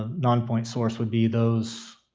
nonpoint source would be those